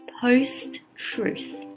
post-truth